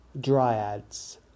dryads